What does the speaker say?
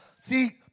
See